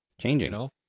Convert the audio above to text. Changing